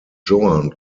joan